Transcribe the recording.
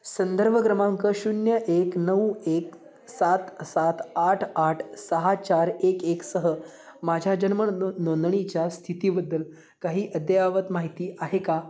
संदर्भ क्रमांक शून्य एक नऊ एक सात सात आठ आठ सहा चार एक एक सह माझ्या जन्म नो नो नोंदणीच्या स्थितीबद्दल काही अद्ययावत माहिती आहे का